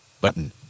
Button